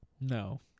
No